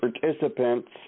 participants